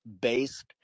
based